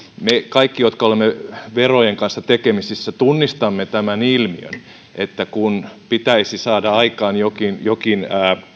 me kaikki jotka olemme verojen kanssa tekemisissä tunnistamme tämän ilmiön että kun pitäisi saada aikaan jokin jokin